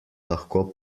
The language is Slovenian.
lahko